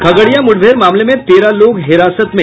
खगड़िया मुठभेड़ मामले में तेरह लोग हिरासत में